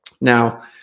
Now